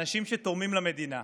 אנשים שתורמים למדינה,